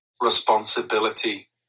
responsibility